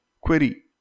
Query